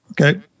Okay